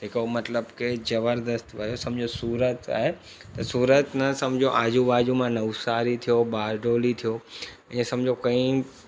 तंहिंखां मतिलबु कि ज़बरद्स्त वियो सूरत आहे त सूरत न सम्झो आजू बाजू मां नवसारी थियो बारडोली थियो ईअं सम्झो कई